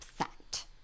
upset